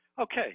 Okay